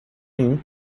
nenhum